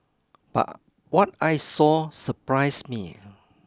but what I saw surprised me